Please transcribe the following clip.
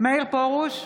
מאיר פרוש,